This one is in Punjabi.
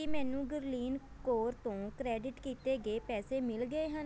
ਕੀ ਮੈਨੂੰ ਗੁਰਲੀਨ ਕੌਰ ਤੋਂ ਕ੍ਰੈਡਿਟ ਕੀਤੇ ਗਏ ਪੈਸੇ ਮਿਲ ਗਏ ਹਨ